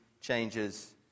changes